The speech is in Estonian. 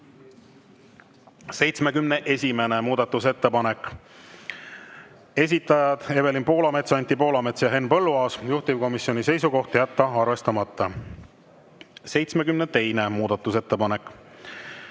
71. muudatusettepanek, esitajad Evelin Poolamets, Anti Poolamets ja Henn Põlluaas. Juhtivkomisjoni seisukoht: jätta arvestamata. 72. muudatusettepanek,